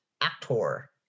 Actor